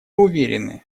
уверены